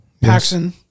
Paxson